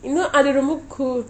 you know அது ரோம்ப:athu romba cool